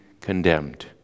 condemned